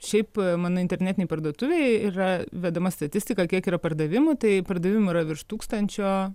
šiaip mano internetinėj parduotuvėj yra vedama statistika kiek yra pardavimų tai pardavimų yra virš tūkstančio